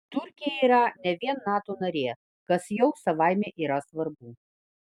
turkija yra ne vien nato narė kas jau savaime yra svarbu